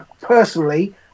Personally